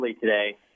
today